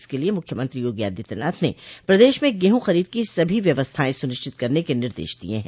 इसके लिये मुख्यमंत्री योगी आदित्यनाथ ने प्रदेश में गेहूं खरीद की सभी व्यवस्थाएं सुनिश्चित करने के निर्देश दिये है